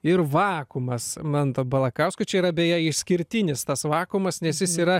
ir vakuumas manto balakausko čia yra beje išskirtinis tas vakuumas nes jis yra